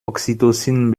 oxytocin